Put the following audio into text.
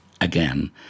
again